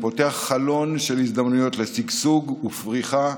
פותח חלון של הזדמנויות לשגשוג ופריחה,